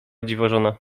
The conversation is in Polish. dziwożona